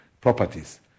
properties